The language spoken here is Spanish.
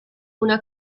una